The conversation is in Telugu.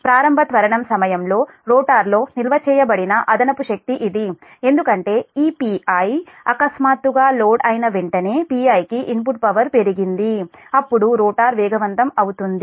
ప్రారంభ త్వరణం సమయంలో రోటర్లో నిల్వ చేయబడిన అదనపు శక్తి ఇది ఎందుకంటే ఈ Pi అకస్మాత్తుగా లోడ్ అయిన వెంటనే Pi కి ఇన్పుట్ పవర్ పెరిగింది అప్పుడు రోటర్ వేగవంతం అవుతుంది